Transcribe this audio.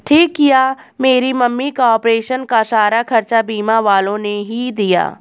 ठीक किया मेरी मम्मी का ऑपरेशन का सारा खर्चा बीमा वालों ने ही दिया